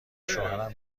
شوهرم